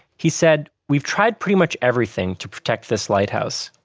he said, we've tried pretty much everything to protect this lighthouse.